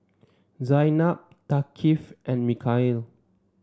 Zaynab Thaqif and Mikhail